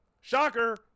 shocker